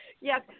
Yes